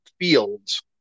fields